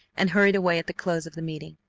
and hurried away at the close of the meeting,